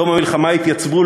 בתום המלחמה התייצבו,